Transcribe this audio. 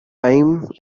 time